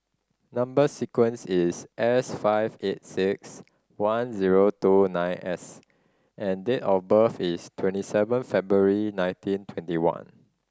number sequence is S five eight six one zero two nine S and date of birth is twenty seven February nineteen twenty one